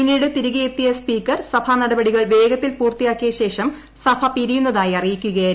പിന്നീട് തിരികെയെത്തിയ സ്പീക്കർ സഭാ നടപടികൾ വേഗത്തിൽ പൂർത്തിയാക്കിയ ശേഷം പിരിയുന്നതായി അറിയിക്കുകയായിരുന്നു